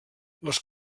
les